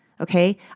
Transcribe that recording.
okay